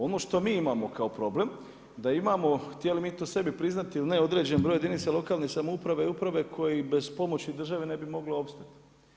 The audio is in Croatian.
Ono što mi imamo kao problem da imamo, htjeli mi to sebi priznati ili ne određen broj jedinica lokalne samouprave i uprave koji bez pomoći države ne bi mogli opstati.